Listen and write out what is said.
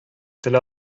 тел